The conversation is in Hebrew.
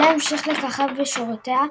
פלה המשיך לככב בשורותיה,